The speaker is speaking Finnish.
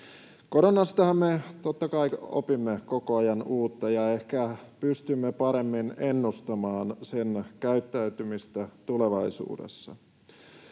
Koronastahan me totta kai opimme koko ajan uutta, ja ehkä pystymme paremmin ennustamaan sen käyttäytymistä tulevaisuudessa.